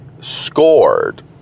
scored